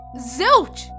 zilch